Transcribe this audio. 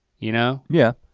you know? yeah.